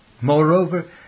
Moreover